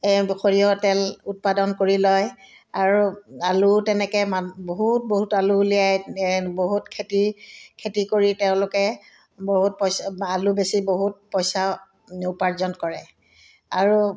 সৰিয়হ তেল উৎপাদন কৰি লয় আৰু আলু তেনেকৈ মান বহুত বহুত আলু উলিয়াই বহুত খেতি খেতি কৰি তেওঁলোকে বহুত পইচা আলু বেছি বহুত পইচা উপাৰ্জন কৰে আৰু